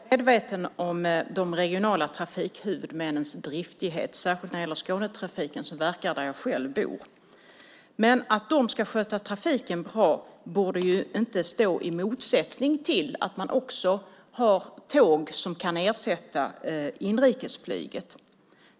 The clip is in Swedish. Fru talman! Jag är väl medveten om de regionala trafikhuvudmännens driftighet, särskilt när det gäller trafiken i Skåne där jag själv bor. Men att de ska sköta trafiken bra borde inte stå i motsättning till att man också har tåg som kan ersätta inrikesflyget.